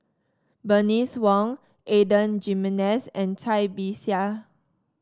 Bernice Wong Adan Jimenez and Cai Bixia